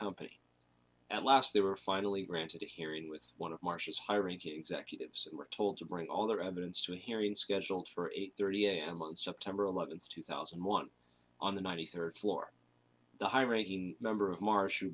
company at last they were finally granted a hearing with one of marcia's hiring to executives and were told to bring all their evidence to a hearing scheduled for eight thirty am on september eleventh two thousand and one on the ninety third floor the high ranking member of marsha